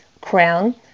crown